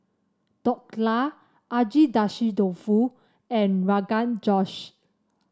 Dhokla Agedashi Dofu and Rogan Josh